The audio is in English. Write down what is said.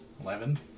Eleven